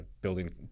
building